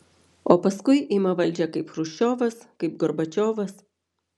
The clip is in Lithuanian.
o paskui ima valdžią kaip chruščiovas kaip gorbačiovas